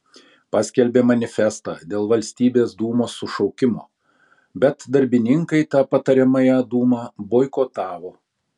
paskelbė manifestą dėl valstybės dūmos sušaukimo bet darbininkai tą patariamąją dūmą boikotavo